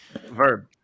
Verb